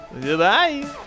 goodbye